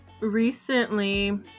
Recently